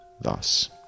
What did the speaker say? thus